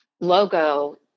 logo